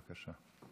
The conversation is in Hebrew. בבקשה.